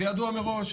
זה ידוע מראש,